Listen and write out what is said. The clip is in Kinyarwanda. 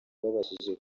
rwabashije